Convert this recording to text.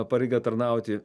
pareiga tarnauti